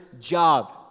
job